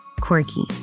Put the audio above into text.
quirky